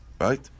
Right